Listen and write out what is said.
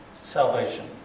salvation